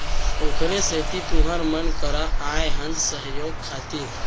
ओखरे सेती तुँहर मन करा आए हन सहयोग खातिर